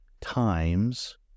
times